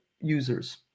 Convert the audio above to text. users